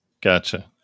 Gotcha